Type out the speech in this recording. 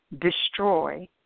destroy